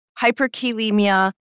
hyperkalemia